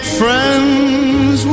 friends